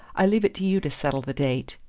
i leave it to you to settle the date.